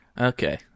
Okay